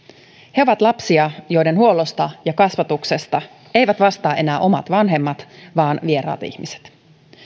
he ovat lapsia joiden huollosta ja kasvatuksesta eivät vastaa enää omat vanhemmat vaan vieraat ihmiset